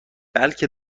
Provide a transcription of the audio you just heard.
بلکه